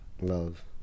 love